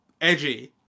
edgy